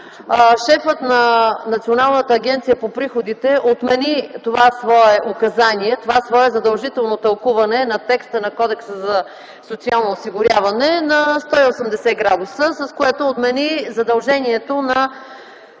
шефът на Националната агенция по приходите отмени това свое указание, това свое задължително тълкуване на текста на Кодекса за социално осигуряване на 180 градуса, с което отмени задължението на